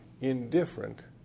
indifferent